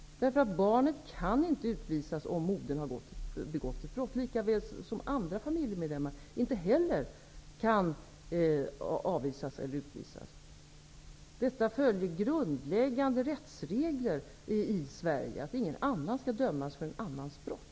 Barnet kan inte utvisas för att modern har begått ett brott, lika väl som andra familjemedlemmar inte heller kan avvisas eller utvisas. Detta följer grundläggande rättsregler i Sverige, nämligen att ingen skall dömas för någon annans brott.